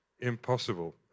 Impossible